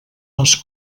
les